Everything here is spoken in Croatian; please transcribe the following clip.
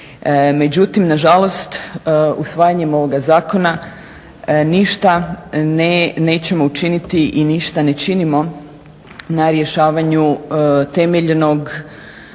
Međutim, na žalost usvajanjem ovoga zakona ništa nećemo učiniti i ništa ne činimo na rješavanju temeljnog pitanja